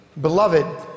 Beloved